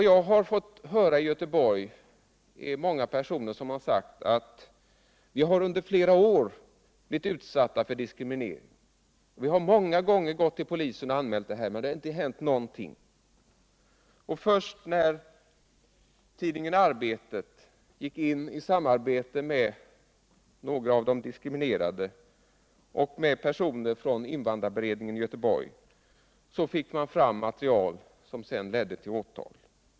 Jag har av många personer i Göteborg fått höra: Vi har under flera år blivit utsatta för diskriminering, vi har många gånger gått till polisen och anmält det, men det har inte hänt någonting. Först när tidningen Arbetet gick in i samarbete med några av de diskriminerade och med personer från invandrarberedningen i Göteborg, fick man fram material som sedan ledde till åtal.